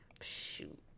Shoot